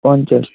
পঞ্চাশ